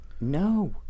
No